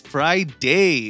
Friday